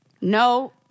No